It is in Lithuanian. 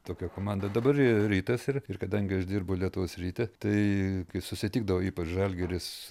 tokia komanda dabar rytas ir kadangi aš dirbu lietuvos ryte tai kai susitikdavo ypač žalgiris